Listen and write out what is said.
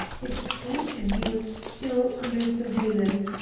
it taught him he was still under surveillance,